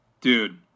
Dude